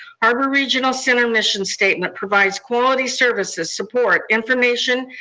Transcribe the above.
our original center mission statement provides quality services, support, information,